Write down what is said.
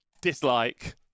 Dislike